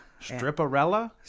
Stripperella